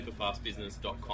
superfastbusiness.com